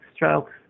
strokes